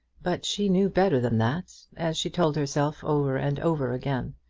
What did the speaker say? but she knew better than that as she told herself over and over again.